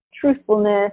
truthfulness